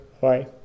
bye